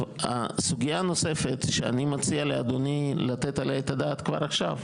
הסוגיה הנוספת שאני מציע לאדוני לתת עליה את הדעת כבר עכשיו,